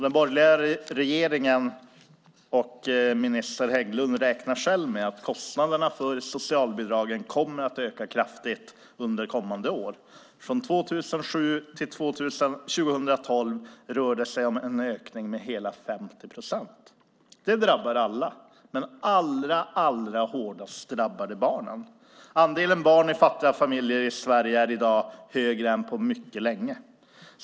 Den borgerliga regeringen och minister Hägglund räknar själva med att kostnaderna för socialbidragen kommer att öka kraftigt under kommande år. Från år 2007 till år 2012 rör det sig om en ökning med hela 50 procent. Det drabbar alla, men allra hårdast drabbar det barnen. Andelen barn i fattiga familjer i Sverige är i dag större än på mycket länge.